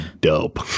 dope